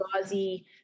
gauzy